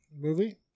Movie